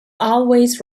always